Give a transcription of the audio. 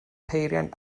peiriant